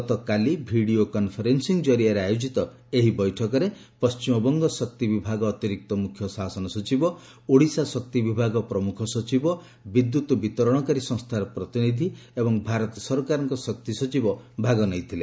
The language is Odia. ଗତକାଲି ଭିଡ଼ିଓ କନ୍ଫରେନ୍ନିଂ ଜରିଆରେ ଆୟୋଜିତ ଏହି ବୈଠକରେ ପଶ୍ଚିମବଙ୍ଗ ଶକ୍ତି ବିଭାଗ ଅତିରିକ୍ତ ମ୍ରଖ୍ୟଶାସନ ସଚିବ ଓଡ଼ିଶା ଶକ୍ତି ବିଭାଗ ପ୍ରମ୍ରଖ ସଚିବ ବିଦ୍ୟୁତ୍ ବିତରଣକାରୀ ସଂସ୍କାର ପ୍ରତିନିଧି ଏବଂ ଭାରତ ସରକାରଙ୍କ ଶକ୍ତି ସଚିବ ଭାଗ ନେଇଥିଲେ